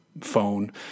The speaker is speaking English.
phone